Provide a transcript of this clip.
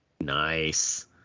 Nice